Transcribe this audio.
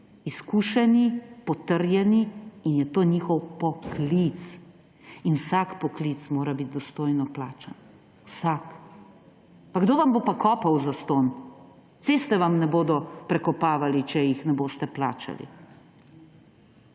izkušeni, potrjeni in je to njihov poklic. In vsak poklic mora biti dostojno plačan, vsak. Kdo vam bo pa kopal zastonj? Ceste vam ne bodo prekopavali, če jih ne boste plačali.